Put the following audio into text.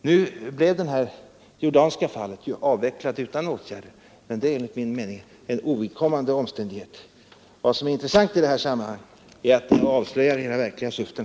Nu avvecklades ju det jordanska fallet utan åtgärd, men det är enligt min mening en ovidkommande omständighet. Vad som är intressant i detta sammanhang är att ni avslöjar era verkliga syften.